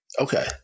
Okay